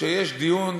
שיש דיון